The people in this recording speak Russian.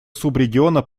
субрегиона